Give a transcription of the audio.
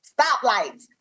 stoplights